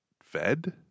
fed